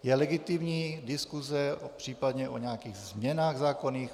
Je legitimní diskuse případně o nějakých změnách zákonných.